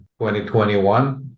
2021